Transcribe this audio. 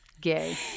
Gay